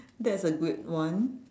that's a good one